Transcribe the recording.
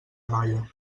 noia